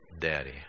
daddy